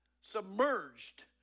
submerged